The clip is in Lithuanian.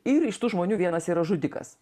ir iš tų žmonių vienas yra žudikas